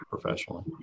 professionally